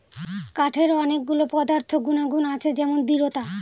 কাঠের অনেক গুলো পদার্থ গুনাগুন আছে যেমন দৃঢ়তা